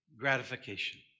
gratification